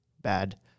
bad